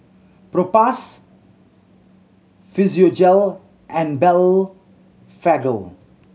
Propass Physiogel and Blephagel